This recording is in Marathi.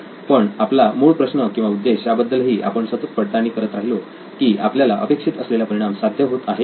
पण आपला मूळ प्रश्न किंवा उद्देश याबद्दलही आपण सतत पडताळणी करत राहिलो की आपल्याला अपेक्षित असलेला परिणाम साध्य होत आहे की नाही